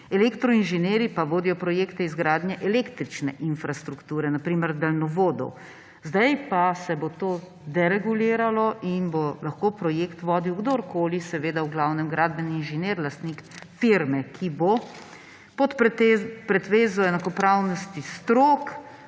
Elektroinženirji pa vodijo projekte izgradnje električne infrastrukture, na primer daljnovodov. Sedaj pa se bo to dereguliralo in bo lahko projekt vodil kdorkoli, seveda v glavnem gradbeni inženir – lastnik firme. Pod pretvezo enakopravnosti strok